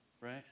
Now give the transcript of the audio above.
Right